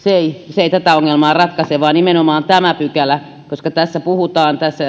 se ei tätä ongelmaa ratkaise vaan nimenomaan tämä pykälä koska tässä